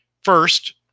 First